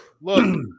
Look